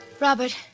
Robert